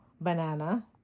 banana